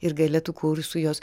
ir gale tų kursų jos